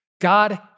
God